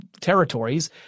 territories